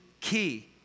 key